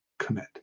commit